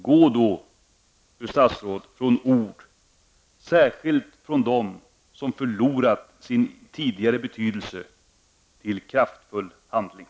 Gå då, fru statsråd, från ord -- särskilt från dem som förlorat sin tidigare betydelse -- till kraftfull handling!